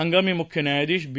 हंगामी मुख्य न्यायाधीश बी